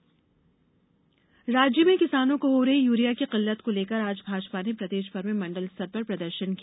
भाजपा प्रदर्शन राज्य में किसानों को हो रही यूरिया की किल्लत को लेकर आज भाजपा ने प्रदेशभर में मंडल स्तर पर प्रदर्षन किया